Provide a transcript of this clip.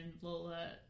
Lola